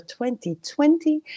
2020